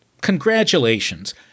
congratulations